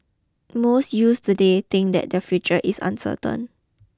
most youth today think that their future is uncertain